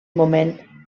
moment